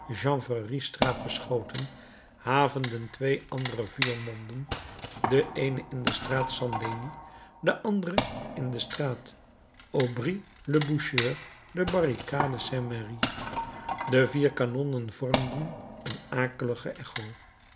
der chanvreriestraat beschoten havenden twee andere vuurmonden de eene in de straat st denis de andere in de straat aubry le boucher de barricade saint merry de vier kanonnen vormden een akelige echo